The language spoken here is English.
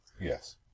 Yes